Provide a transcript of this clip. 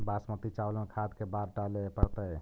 बासमती चावल में खाद के बार डाले पड़तै?